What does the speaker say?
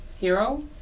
...hero